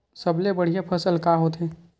सबले बढ़िया फसल का होथे?